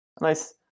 nice